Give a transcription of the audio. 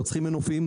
לא צריכים מנופים.